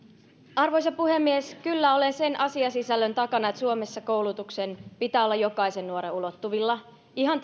arvoisa puhemies kyllä olen sen asiasisällön takana että suomessa koulutuksen pitää olla jokaisen nuoren ulottuvilla ihan